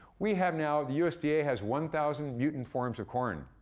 we have now the usda has one thousand mutant forms of corn.